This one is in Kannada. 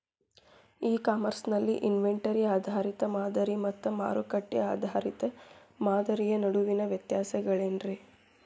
ಇ ಕಾಮರ್ಸ್ ನಲ್ಲಿ ಇನ್ವೆಂಟರಿ ಆಧಾರಿತ ಮಾದರಿ ಮತ್ತ ಮಾರುಕಟ್ಟೆ ಆಧಾರಿತ ಮಾದರಿಯ ನಡುವಿನ ವ್ಯತ್ಯಾಸಗಳೇನ ರೇ?